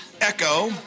Echo